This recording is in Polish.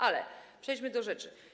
Ale przejdźmy do rzeczy.